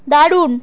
দারুণ